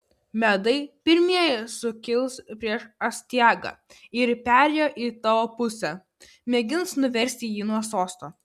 medai pirmieji sukils prieš astiagą ir perėję į tavo pusę mėgins nuversti jį nuo sosto